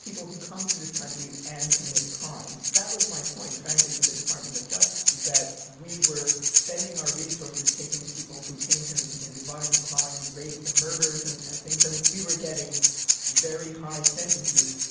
people who come to this country and commit crimes. that was my point, frankly, to the department of justice, was that we were spending our resources taking people who came here and committed violent crimes, rapes, and murders and and things and we were getting very high sentences